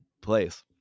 place